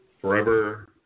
Forever